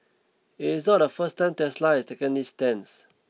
it's not the first time Tesla has taken this stance